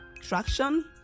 traction